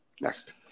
Next